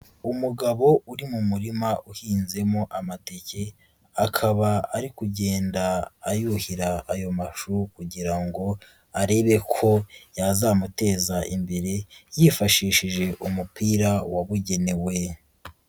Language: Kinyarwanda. Umugabo uri mu murima uhinzemo amateke, akaba ari kugenda ayuhira ayo mashu kugira ngo arebe ko yazamuteza imbere, yifashishije umupira wabugenewe.